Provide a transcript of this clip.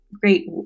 great